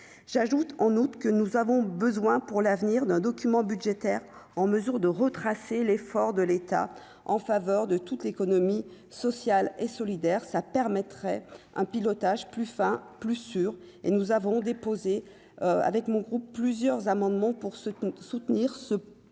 j'ajoute, en août, que nous avons besoin pour l'avenir d'un document budgétaire en mesure de retracer l'effort de l'État en faveur de toute l'économie sociale et solidaire, ça permettrait un pilotage plus fin, plus sûr et nous avons déposé avec mon groupe, plusieurs amendements pour se soutenir ce activité